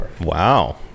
wow